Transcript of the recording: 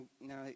Now